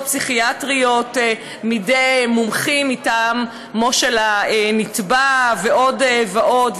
פסיכיאטריות בידי מומחים מטעמו של הנתבע ועוד ועוד,